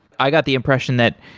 i got the impression that,